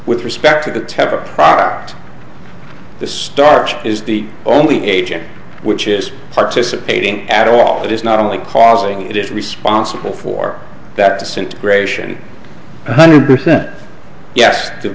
with respect to the test approx the start is the only agent which is participating at all it is not only causing it is responsible for that disintegration one hundred percent yes to